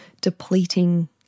depleting